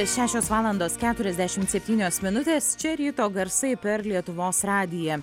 šešios valandos keturiasdešimt septynios minutės čia ryto garsai per lietuvos radiją